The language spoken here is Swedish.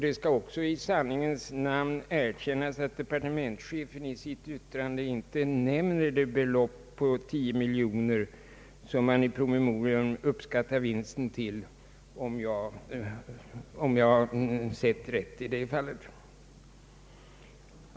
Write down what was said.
Det skall också i sanningens namn erkännas att departementschefen i sitt yttrande inte nämner det belopp på 10 miljoner som man i promemorian uppskattar vinsten till, om jag sett rätt i det fallet.